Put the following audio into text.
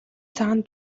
цаана